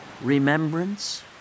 remembrance